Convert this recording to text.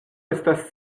estas